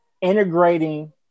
integrating